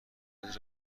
مورد